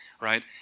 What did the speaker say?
right